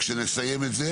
וכשנסיים את זה,